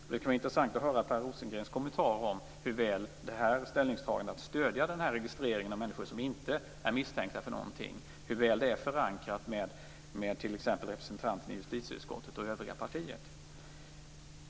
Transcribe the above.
Det skulle vara intressant att höra Per Rosengren kommentera hur väl det här ställningstagandet - att stödja registrering av människor som inte är misstänkta för något - är förankrat hos representanten i justitieutskottet och i övriga partiet.